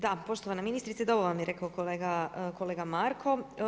Da, poštovana ministrice dobro vam je rekao kolega Marko.